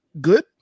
good